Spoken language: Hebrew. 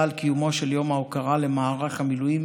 על קיומו של יום ההוקרה למערך המילואים